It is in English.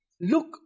look